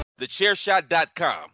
TheChairShot.com